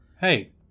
Hey